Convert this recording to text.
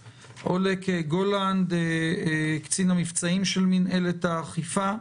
גולנד, קצין המבצעים של מינהלת האכיפה.